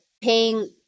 paying